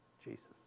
Jesus